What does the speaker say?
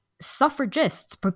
suffragists